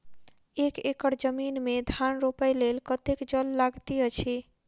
एक एकड़ जमीन मे धान रोपय लेल कतेक जल लागति अछि?